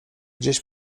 gdzieś